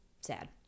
sad